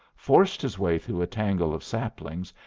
forced his way through a tangle of saplings,